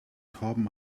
torben